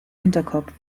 hinterkopf